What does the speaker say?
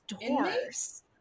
doors